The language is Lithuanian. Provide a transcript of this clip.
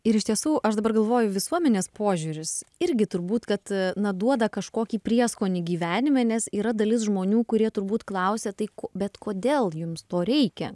ir iš tiesų aš dabar galvoju visuomenės požiūris irgi turbūt kad na duoda kažkokį prieskonį gyvenime nes yra dalis žmonių kurie turbūt klausia tai bet kodėl jums to reikia